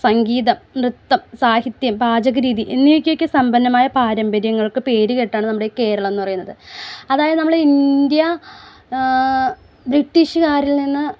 സംഗീതം നൃത്തം സാഹിത്യം പാചകരീതി എന്നിവയ്ക്ക് ഒക്കെ സമ്പന്നമായ പാരമ്പര്യങ്ങൾക്ക് പേര് കേട്ടാണ് നമ്മുടെ കേരളമെന്ന് പറയുന്നത് അതായത് നമ്മളെ ഇന്ത്യ ബ്രിട്ടീഷ്കാരിൽനിന്ന്